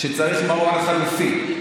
שצריך מעון חלופי?